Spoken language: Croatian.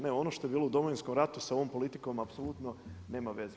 Ne ono što je bilo u Domovinskom ratu se ovom politikom apsolutno nema veze.